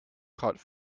caught